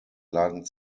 lagen